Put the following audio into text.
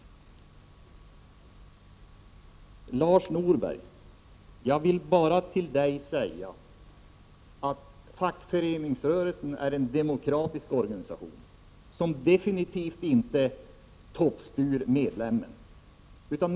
Till Lars Norberg vill jag bara säga att fackföreningsrörelsen är en demokratisk organisation, som definitivt inte toppstyr medlemmarna.